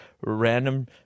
random